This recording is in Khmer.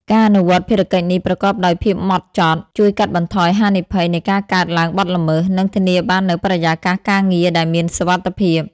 ការអនុវត្តភារកិច្ចនេះប្រកបដោយភាពម៉ត់ចត់ ជួយកាត់បន្ថយហានិភ័យនៃការកើតឡើងបទល្មើស និងធានាបាននូវបរិយាកាសការងារដែលមានសុវត្ថិភាព។